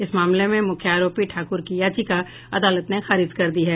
इस मामले में मुख्य आरोपी ठाकुर की याचिका अदालत ने खारिज कर दी है